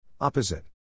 Opposite